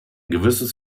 gewisses